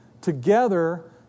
together